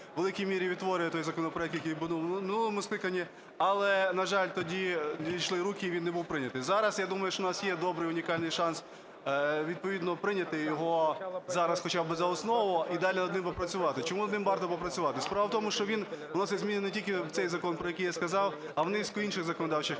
у великій мірі відтворює той законопроект, який був у минулому скликанні, але, на жаль, тоді не дійшли руки, він не був прийнятий. Зараз, я думаю, що у нас є добрий, унікальний шанс відповідно прийняти його зараз хоча б за основу і далі над ним попрацювати. Чому над ним варто попрацювати? Справа в тому, що він вносить зміни не тільки в цей закон, про який я сказав, а в низку інших законодавчих актів: